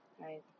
right